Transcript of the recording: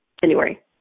January